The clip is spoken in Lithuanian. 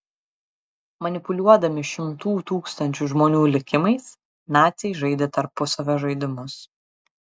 manipuliuodami šimtų tūkstančių žmonių likimais naciai žaidė tarpusavio žaidimus